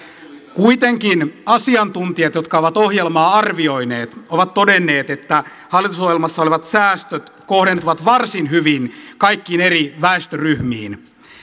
kuitenkin asiantuntijat jotka ovat ohjelmaa arvioineet ovat todenneet että hallitusohjelmassa olevat säästöt kohdentuvat varsin hyvin kaikkiin eri väestöryhmiin